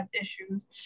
issues